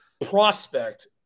prospect